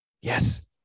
yes